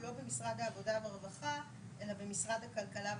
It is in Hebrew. לא במשרד העבודה והרווחה אלא במשרד הכלכלה והתעשייה.